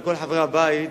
ולכל חברי הבית,